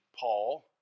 Paul